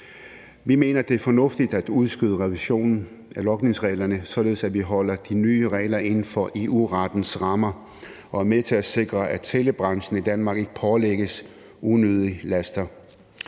Vi mener, det er fornuftigt at udskyde revisionen af logningsreglerne, således at vi holder de nye regler inden for EU-rettens rammer og er med til at sikre, at telebranchen i Danmark ikke pålægges unødige byrder.